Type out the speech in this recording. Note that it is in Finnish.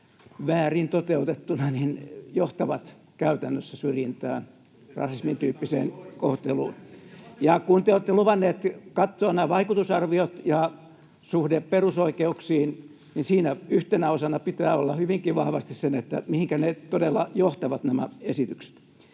Kun ne toteutetaankin oikein! — Jani Mäkelän välihuuto] rasismin tyyppiseen kohteluun. Ja kun te olette luvanneet katsoa vaikutusarviot ja suhteen perusoikeuksiin, niin siinä yhtenä osana pitää olla hyvinkin vahvasti sen, mihinkä nämä esitykset